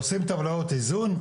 עושים טבלאות איזון,